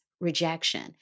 rejection